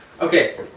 Okay